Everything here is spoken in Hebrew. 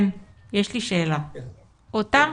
אלה